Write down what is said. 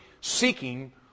seeking